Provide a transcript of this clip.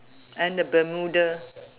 and the bermuda